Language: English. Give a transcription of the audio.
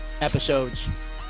Episodes